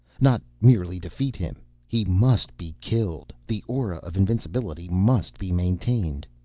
not merely defeat him. he must be killed. the aura of invincibility must be maintained.